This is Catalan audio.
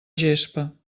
gespa